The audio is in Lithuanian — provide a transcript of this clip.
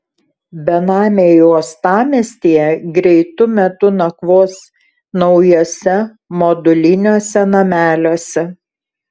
benamiai uostamiestyje greitu metu nakvos naujuose moduliniuose nameliuose